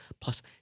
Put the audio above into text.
plus